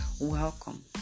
welcome